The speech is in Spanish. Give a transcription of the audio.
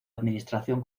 administración